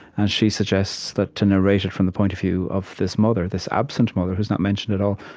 and she suggests that to narrate it from the point of view of this mother, this absent mother who's not mentioned at all.